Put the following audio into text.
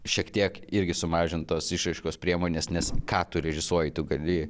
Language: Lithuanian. šiek tiek irgi sumažintos išraiškos priemones nes ką tu režisuoji tu gali